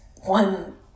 one